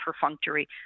perfunctory